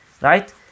Right